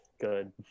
Good